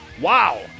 Wow